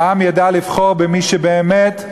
והעם ידע לבחור במי שבאמת,